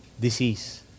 disease